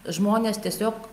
žmonės tiesiog